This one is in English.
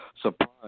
surprise